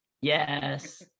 Yes